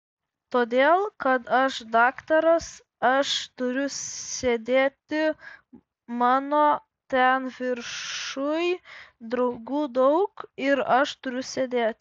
todėl kad aš daktaras aš turiu sėdėti mano ten viršuj draugų daug ir aš turiu sėdėti